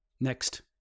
Next